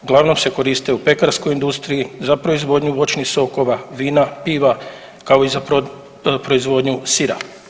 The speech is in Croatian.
Uglavnom se koriste u pekarskoj industriji, za proizvodnju voćnih sokova, vina, piva, kao i za proizvodnju sira.